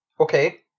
Okay